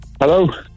hello